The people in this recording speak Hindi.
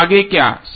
अब आगे क्या